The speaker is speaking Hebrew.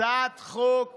הצעת חוק